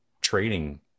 trading